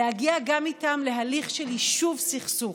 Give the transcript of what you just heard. להגיע גם איתם להליך של יישוב סכסוך,